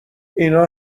اینا